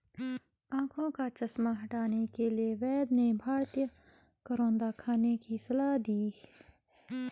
आंखों का चश्मा हटाने के लिए वैद्य ने भारतीय करौंदा खाने की सलाह दी